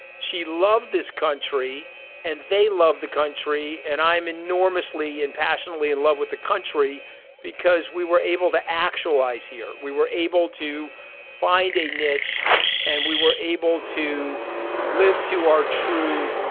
she loved this country and they loved the country. and i'm enormously and passionately in love with the country because we were able to actualize here. we were able to find a niche and we were able to live to our true.